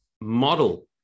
model